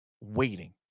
waiting